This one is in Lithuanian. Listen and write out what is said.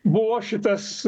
buvo šitas